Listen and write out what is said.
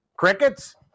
Crickets